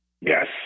Yes